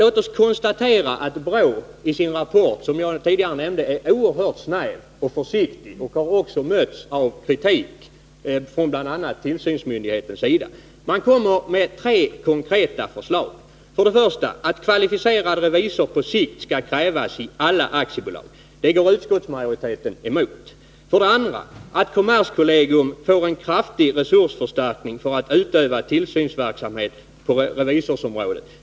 BRÅ är i sin rapport, som jag tidigare nämnde, oerhört snävt och försiktigt. Man har också mötts av kritik från bl.a. tillsynsmyndighetens sida. Man kommer med tre konkreta förslag: För det första att kvalificerade revisorer på sikt skall krävas i alla aktiebolag. Det går utskottsmajoriteten emot. För det andra att kommerskollegium får en kraftig resursförstärkning för att kunna utöva tillsynsverksamhet på revisorsområdet.